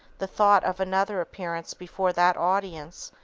the thought of another appearance before that audience,